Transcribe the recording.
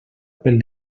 pel